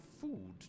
food